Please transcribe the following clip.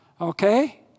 Okay